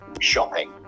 shopping